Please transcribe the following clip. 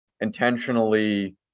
intentionally